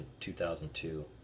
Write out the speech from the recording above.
2002